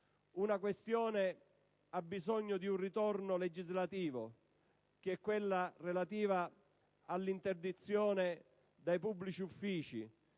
Un aspetto ha bisogno di un ritorno legislativo: quello relativo all'interdizione dai pubblici uffici,